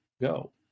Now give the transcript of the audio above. go